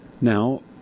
Now